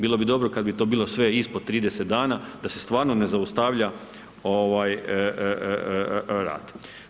Bilo bi dobro kada bi to bilo sve ispod 30 dana da se stvarno ne zaustavlja rad.